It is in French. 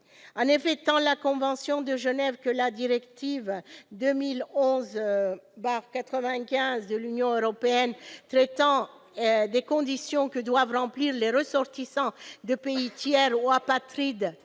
En effet, tant la convention de Genève que la directive 2011/95 de l'Union européenne traitant des conditions que doivent remplir les ressortissants de pays tiers ou les apatrides